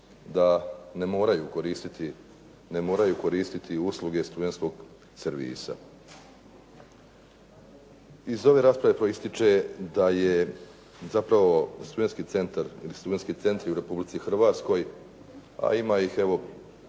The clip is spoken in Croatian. da ne moraju koristiti usluge studentskog servisa. Iz ove rasprave proističe da je zapravo studentski centar ili studentski centri u Republici Hrvatskoj, a ima ih evo